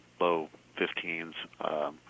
low-15s